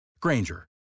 Granger